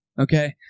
Okay